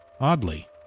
Oddly